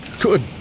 Good